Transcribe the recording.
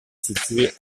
situé